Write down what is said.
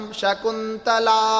Shakuntala